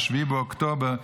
7 באוקטובר,